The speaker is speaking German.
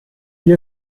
hier